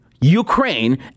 Ukraine